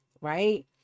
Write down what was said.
right